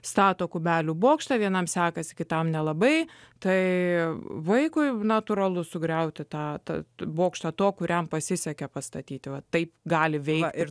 stato kubelių bokštą vienam sekasi kitam nelabai tai vaikui natūralu sugriauti tą tad bokštą to kuriam pasisekė pastatyti va taip gali veikti ir